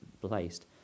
placed